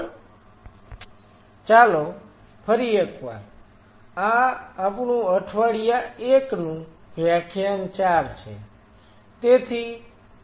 Refer Slide Time 0045 ચાલો ફરી એકવાર આ આપણું અઠવાડિયા 1 નું વ્યાખ્યાન 4 છે